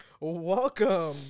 welcome